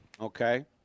Okay